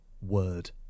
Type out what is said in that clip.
word